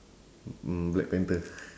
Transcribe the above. mm black panther